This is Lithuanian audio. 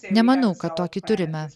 nemanau kad tokį turime